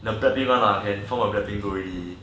the Blackpink one ah can form a Blackpink group already